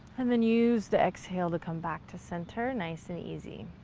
and then use the exhale to come back to center, nice and easy.